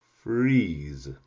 freeze